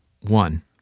One